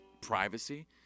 privacy